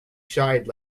shied